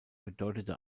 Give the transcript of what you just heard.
bedeutete